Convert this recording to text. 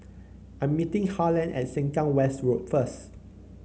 I'm meeting Harland at Sengkang West Road first